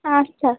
আচ্ছা